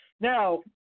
Now